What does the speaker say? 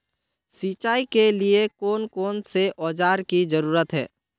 सिंचाई के लिए कौन कौन से औजार की जरूरत है?